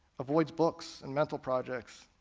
avoids books and mental projects,